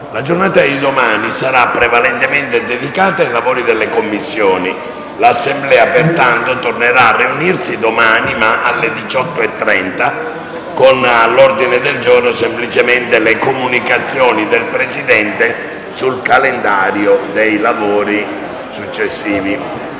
La giornata di domani sarà prevalentemente dedicata ai lavori delle Commissioni. L'Assemblea, pertanto, tornerà a riunirsi domani alle 18,30 con all'ordine del giorno «Comunicazioni del Presidente sul calendario dei lavori».